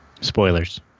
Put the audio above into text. Spoilers